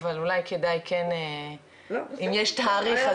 אבל אולי כדאי כן אם יש תאריך,